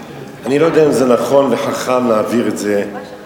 אני לא יודע אם זה נכון וחכם להעביר את זה למשרד